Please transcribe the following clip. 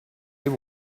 dem